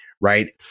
right